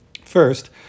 First